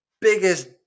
biggest